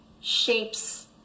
shapes